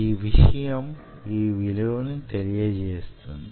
ఈ విషయం యీ విలువను తెలియజేస్తుంది